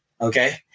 Okay